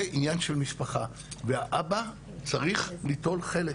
זה עניין של משפחה והאבא צריך ליטול חלק.